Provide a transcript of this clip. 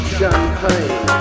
champagne